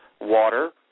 water